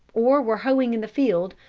or were hoeing in the field,